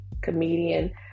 comedian